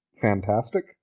fantastic